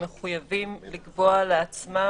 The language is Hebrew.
הם מחויבים לקבוע לעצמם.